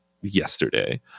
yesterday